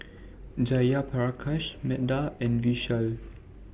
Jayaprakash Medha and Vishal